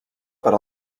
per